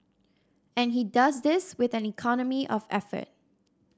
and he does this with an economy of effort